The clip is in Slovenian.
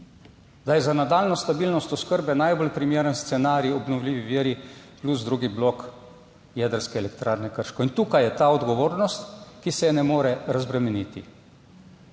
da je za nadaljnjo stabilnost oskrbe najbolj primeren scenarij obnovljivi viri plus drugi blok Jedrske elektrarne Krško. In tukaj je ta odgovornost, ki se je ne more razbremeniti.